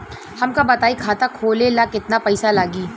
हमका बताई खाता खोले ला केतना पईसा लागी?